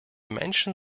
menschen